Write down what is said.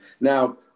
Now